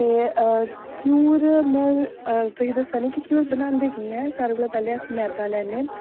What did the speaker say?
ते घ्यूर में तुसें गी दस्सा नी कि घ्यूर बनांदे कियां ऐ सारें कोला पैहलें अस मैदा लैन्ने